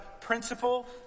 principle